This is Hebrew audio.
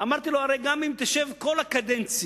אמרתי לו, הרי גם אם תשב כל הקדנציה,